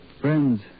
Friends